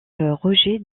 roger